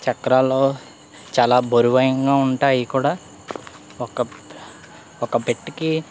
చక్రాలలో చాలా బరువుగా ఉంటాయి అవి కూడా ఒక ఒక పెట్టెకి